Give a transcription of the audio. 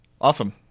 Awesome